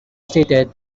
stated